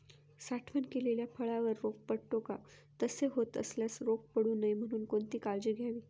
साठवण केलेल्या फळावर रोग पडतो का? तसे होत असल्यास रोग पडू नये म्हणून कोणती काळजी घ्यावी?